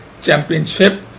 championship